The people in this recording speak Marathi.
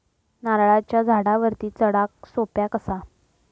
नारळाच्या झाडावरती चडाक सोप्या कसा?